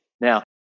Now